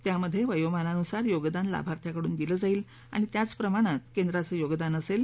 त्यामध्ये वयोमानानुसार योगदान लाभार्थ्याकडून दिलं जाईल आणि त्याच प्रमाणात केंद्राचं योगदान असेल